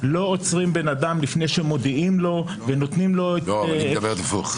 לא עוצרים בן אדם לפני שמודיעים לו ונותנים לו --- היא אומרת הפוך,